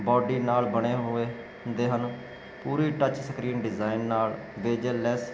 body ਨਾਲ ਬਣੇ ਹੋਏ ਹੁੰਦੇ ਹਨ ਪੂਰੀ ਟੱਚ ਸਕਰੀਨ ਡਿਜ਼ਾਇਨ ਨਾਲ ਵੇਜਲੈਸ